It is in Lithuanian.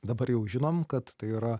dabar jau žinom kad tai yra